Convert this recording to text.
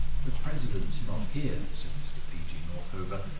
the president's not here, said mr p. g. northover,